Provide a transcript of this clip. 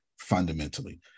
fundamentally